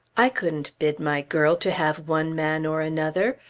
i couldn't bid my girl to have one man or another.